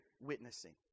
witnessing